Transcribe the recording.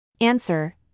Answer